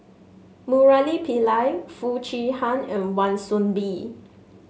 Murali Pillai Foo Chee Han and Wan Soon Bee